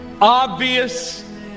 obvious